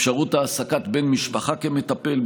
אפשרות העסקת בן משפחה כמטפל,